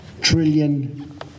trillion